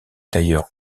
d’ailleurs